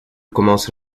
commence